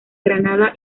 granada